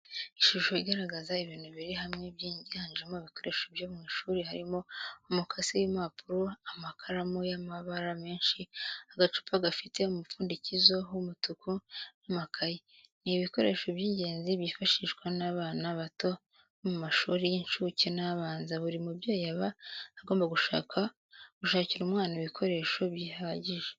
Ishusho igaragaza ibintu biri hamwe byiganjemo ibikoreso byo mu ishuri harimo umukasi w'impapuro, amakaramu y'amabara menshi, agacupa gafite umupfundikizo w'umutuku n' amakayi, ni ibikoresho by'ingenzi byifashishwa n'abana bato bo mu mashuri y'incuke n'abanza, buri mubyeyi aba agomba gushakira umwana ibikoresho bihagije.